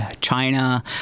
China